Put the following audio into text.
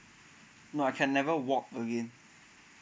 no I can never walk again